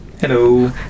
Hello